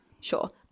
sure